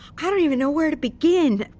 i don't even know where to begin